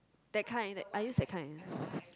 that kind I use that kind